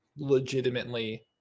legitimately